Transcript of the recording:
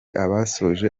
abasoje